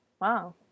wow